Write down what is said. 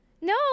No